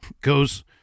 goes